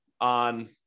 on